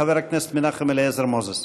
גם לחבר הכנסת מנחם אליעזר מוזס.